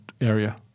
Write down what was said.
area